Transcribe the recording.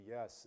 Yes